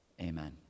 Amen